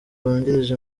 wungirije